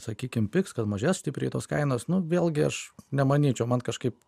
sakykim pigs kad mažės stipriai tos kainos nu vėlgi aš nemanyčiau man kažkaip